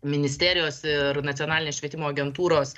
ministerijos ir nacionalinės švietimo agentūros